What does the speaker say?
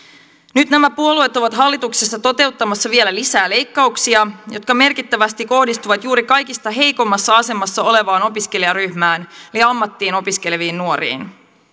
nyt nämä puolueet ovat hallituksessa toteuttamassa vielä lisää leikkauksia jotka merkittävästi kohdistuvat juuri kaikista heikoimmassa asemassa olevaan opiskelijaryhmään eli ammattiin opiskeleviin nuoriin